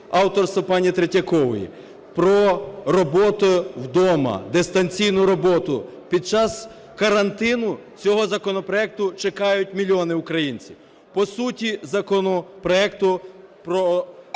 авторства пані Третьякової про роботу вдома – дистанційну роботу. Під час карантину цього законопроекту чекають мільйони українців, по суті законопроекту про саме